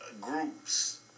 groups